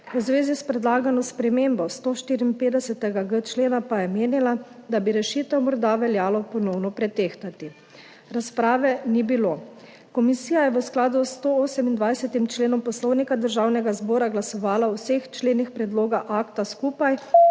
V zvezi s predlagano spremembo 154.g člena pa je menila, da bi rešitev morda veljalo ponovno pretehtati. Razprave ni bilo. Komisija je v skladu s 128. členom Poslovnika Državnega zbora glasovala o vseh členih predloga aktaskupaj